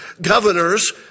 governors